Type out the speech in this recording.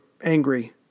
Angry